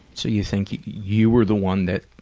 so you think you were the one that